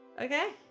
Okay